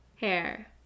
hair